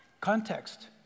Context